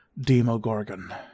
Demogorgon